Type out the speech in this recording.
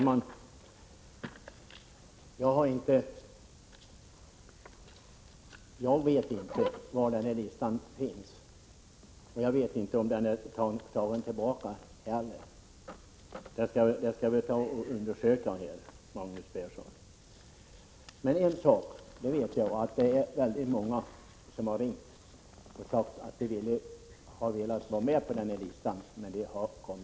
Herr talman! Jag vet inte var den här listan finns och inte heller om den är tagen tillbaka. Det skall jag undersöka, Magnus Persson. Men en sak vet jag, och det är att väldigt många har ringt och sagt att de hade velat vara med på listan men hade kommit för sent. Att inte någon har = Prot.